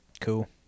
Cool